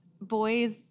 boys